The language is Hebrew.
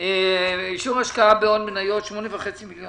אישור השקעה בהון מניות 8 מיליון